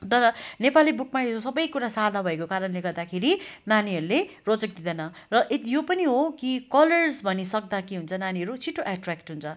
तर नेपाली बुकमा यो सबै कुरा सादा भएको कारणले गर्दाखेरि नानीहरूले रोचक दिँदैन र ए यो पनि हो कि कलर्स भनिसक्दा के हुन्छ नानीहरू छिट्टो एट्र्याक्ट हुन्छ